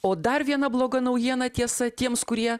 o dar viena bloga naujiena tiesa tiems kurie